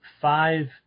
five